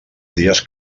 dies